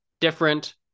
different